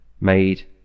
made